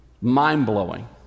Mind-blowing